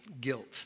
guilt